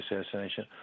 assassination